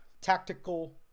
tactical